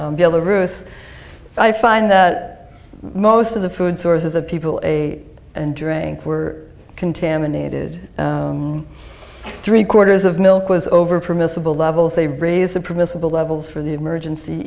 us i find that most of the food sources of people a and drink were contaminated three quarters of milk was over permissible levels they raised the principle levels for the emergency